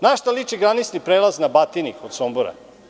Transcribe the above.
Na šta liči granični prelaz na Batini kod Sombora?